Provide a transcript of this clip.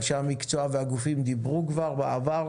אנשי המקצוע והגופים דיברו כבר בעבר.